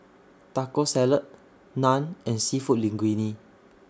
Taco Salad Naan and Seafood Linguine